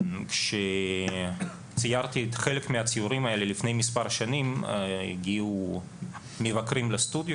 כאשר ציירתי חלק מהציורים האלה לפני מספר שנים הגיעו מבקרים לסטודיו